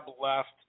left